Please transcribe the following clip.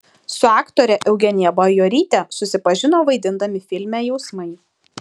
su aktore eugenija bajoryte susipažino vaidindami filme jausmai